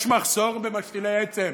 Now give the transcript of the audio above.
יש מחסור במשתילי עצם,